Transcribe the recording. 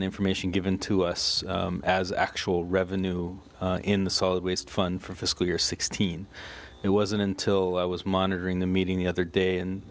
the information given to us as actual revenue in the solid waste fun for fiscal year sixteen it wasn't until i was monitoring the meeting the other day and